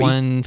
One